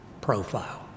profile